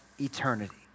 eternity